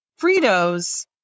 Fritos